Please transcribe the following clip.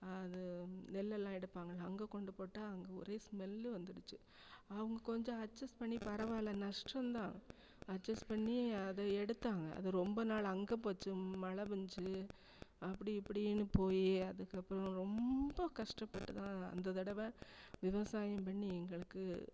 அது நெல்லெல்லாம் எடுப்பாங்கள்லே அங்கே கொண்டு போட்டால் அங்கே ஒரே ஸ்மெல்லு வந்துடுச்சு அவங்க கொஞ்சம் அட்ஜஸ் பண்ணி பரவாயில்ல நஷ்டம்தான் அட்ஜஸ் பண்ணி அதை எடுத்தாங்க அது ரொம்ப நாள் அங்கே போச்சு மழை பேஞ்சு அப்படி இப்படின்னு போய் அதுக்கப்புறம் ரொம்ப கஷ்டப்பட்டுதான் இந்த தடவை விவசாயம் பண்ணி எங்களுக்கு